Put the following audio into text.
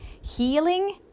healing